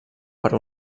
per